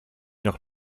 noch